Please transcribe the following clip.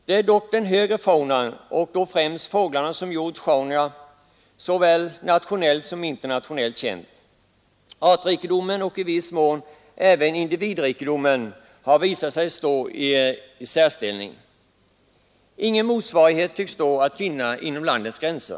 Det är dock den högre faunan, och då främst fåglarna, som gjort Sjaunja såväl nationellt som internationellt känt. Artrikedomen, och i viss mån även individrikedomen, har visat sig stå i särställning. Ingen motsvarighet tycks vara att finna inom landets gränser.